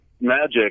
magic